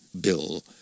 bill